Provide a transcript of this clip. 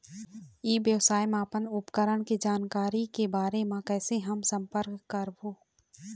ई व्यवसाय मा अपन उपकरण के जानकारी के बारे मा कैसे हम संपर्क करवो?